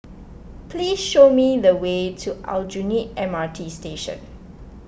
please show me the way to Aljunied M R T Station